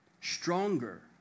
Stronger